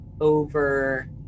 over